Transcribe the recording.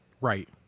Right